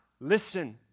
listen